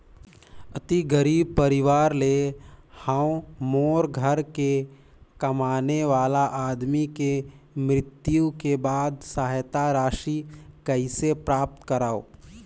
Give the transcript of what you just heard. अति गरीब परवार ले हवं मोर घर के कमाने वाला आदमी के मृत्यु के बाद सहायता राशि कइसे प्राप्त करव?